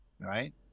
Right